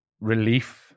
relief